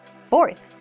Fourth